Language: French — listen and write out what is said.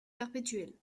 perpétuel